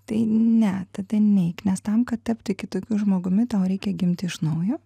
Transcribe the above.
tai ne tada neik nes tam kad tapti kitokiu žmogumi tau reikia gimti iš naujo